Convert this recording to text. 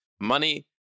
Money